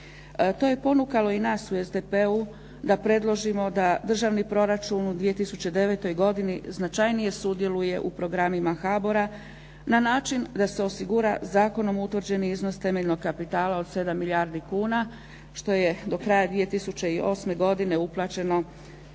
To je ponukalo i nas u SDP-u da predložimo da državni proračun u 2009. godini značajnije sudjeluje u programima HBOR-a na način da se osigura zakonom utvrđeni iznos temeljnog kapitala od 7 milijardi kuna što je do kraja 2008. godine uplaćeno